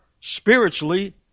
spiritually